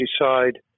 decide